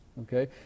okay